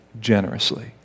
generously